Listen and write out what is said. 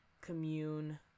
commune